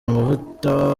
amavuta